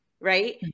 right